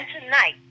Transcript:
tonight